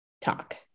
talk